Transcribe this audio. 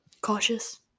Cautious